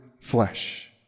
flesh